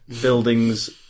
buildings